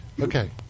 okay